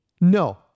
No